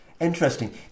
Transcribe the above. Interesting